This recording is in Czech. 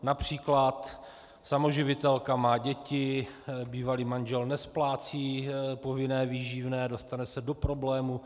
Například samoživitelka má děti, bývalý manžel nesplácí povinné výživné, dostane se do problémů.